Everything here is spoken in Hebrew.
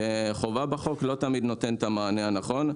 וחובה בחוק לא תמיד נותנת את המענה הנכון.